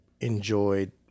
enjoyed